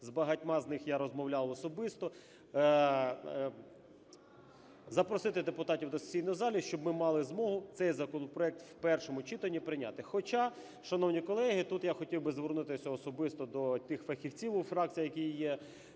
з багатьма з них я розмовляв особисто, запросити депутатів до сесійної зали, щоб ми мали змогу цей законопроект в першому читанні прийняти. Хоча, шановні колеги, тут я хотів би звернутися особисто до тих фахівців у фракціях, які є.